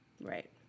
Right